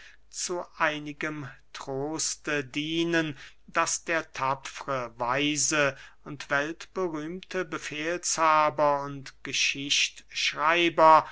zu einigem troste dienen daß der tapfre weise und weltberühmte befehlshaber und geschichtschreiber